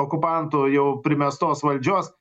okupantų jau primestos valdžios